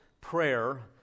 prayer